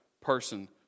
person